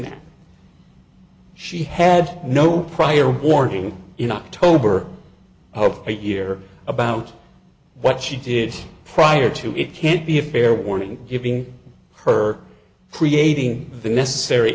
that she had no prior warning in october i hope a year about what she did prior to it can't be a fair warning giving her creating the necessary